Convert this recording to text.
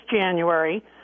January